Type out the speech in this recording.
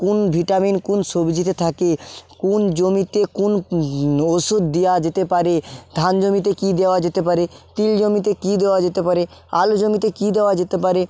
কোন ভিটামিন কোন সবজিতে থাকে কোন জমিতে কোন ওষুধ দেওয়া যেতে পারে ধান জমিতে কী দেওয়া যেতে পারে তিল জমিতে কী দেওয়া যেতে পারে আলু জমিতে কী দেওয়া যেতে পারে